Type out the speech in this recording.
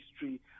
history